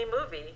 movie